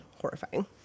horrifying